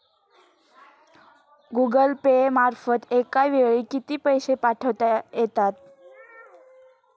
Google Pay मार्फत एका वेळी किती पैसे पाठवता येतात?